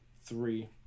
three